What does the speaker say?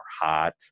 hot